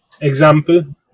Example